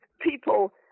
people